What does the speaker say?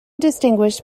distinguish